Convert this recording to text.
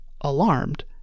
Alarmed